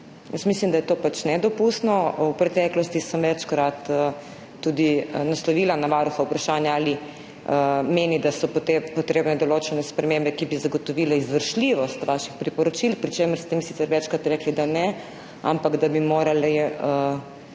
Mislim, da je to nedopustno. V preteklosti sem večkrat tudi naslovila na Varuha vprašanje, ali menite, da so potrebne določene spremembe, ki bi zagotovile izvršljivost vaših priporočil, pri čemer ste mi sicer večkrat rekli, da ne, ampak da bi morali Vlada,